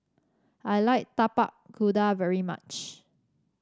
I like Tapak Kuda very much